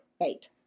Right